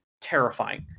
terrifying